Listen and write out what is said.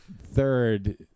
third